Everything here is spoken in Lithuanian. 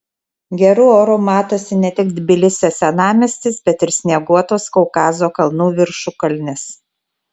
geru oru matosi ne tik tbilisio senamiestis bet ir snieguotos kaukazo kalnų viršukalnės